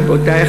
רבותי,